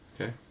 Okay